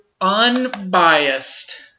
unbiased